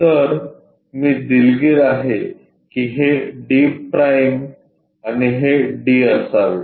तर मी दिलगीर आहे की हे d' आणि d असावे